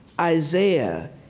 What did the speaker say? Isaiah